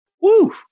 woo